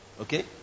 Okay